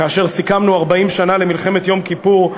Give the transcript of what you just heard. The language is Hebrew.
כאשר סיכמנו 40 שנה למלחמת יום כיפור,